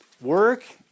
Work